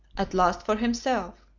at last for himself,